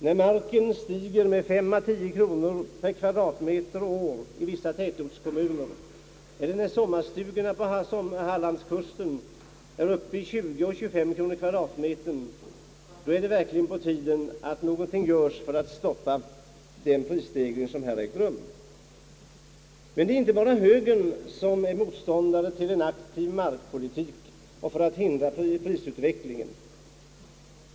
När marken stiger med 5 å 10 kronor per kvadratmeter och år i vissa tätortskommuner eller när sommarstugetomterna på hallandskusten är uppe i 20 å 235 kronor per kvm då är det verkligen på tiden att det görs någonting för att stoppa den prisstegring som här äger rum. Men det är inte bara högern som är motståndare till en aktiv markpolitik som hindrar prisutvecklingen.